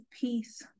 peace